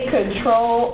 control